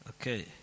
Okay